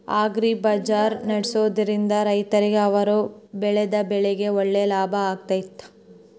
Agri bazaar ನಡೆಸ್ದೊರಿಂದ ರೈತರಿಗೆ ಅವರು ಬೆಳೆದ ಬೆಳೆಗೆ ಒಳ್ಳೆ ಲಾಭ ಆಗ್ತೈತಾ?